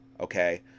okay